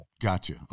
gotcha